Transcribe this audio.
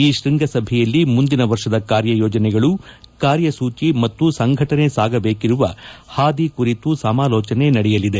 ಈ ಶ್ವಂಗಸಭೆಯಲ್ಲಿ ಮುಂದಿನ ವರ್ಷದ ಕಾರ್ಯ ಯೋಜನೆಗಳು ಕಾರ್ಯಸೂಚಿ ಮತ್ತು ಸಂಘಟನೆ ಸಾಗಬೇಕಿರುವ ಹಾದಿ ಕುರಿತು ಸಮಾಲೋಚನೆ ನಡೆಯಲಿದೆ